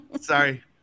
Sorry